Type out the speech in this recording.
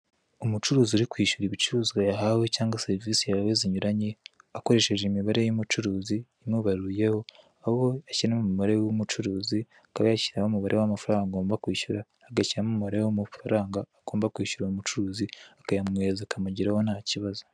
Umucuruzi uri kwishyura ibicuruzwa yahawe cyangwa serivise yahawe zinyuranye akoresheje imibare y'umucuruzi imubaruyeho aho ashyiramo umubare w'umucuruzi, akaba yashyiraho umubare w'amafaranga agomba kwishyura agashyiramo umubare w'amafaranga agomba kwishyura umucuruzi akayamwohereza akamugeraho ntakibazo.